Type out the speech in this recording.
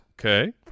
Okay